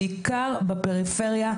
בעיקר בפריפריה,